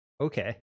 okay